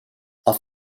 auf